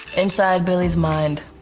inside billie's mind.